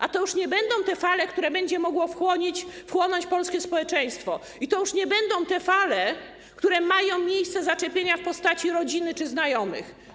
A to już nie będą te fale, które będzie mogło wchłonąć polskie społeczeństwo, i to już nie będą te fale, które mają miejsce zaczepienia w postaci rodziny czy znajomych.